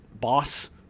boss